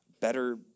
better